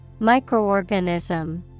Microorganism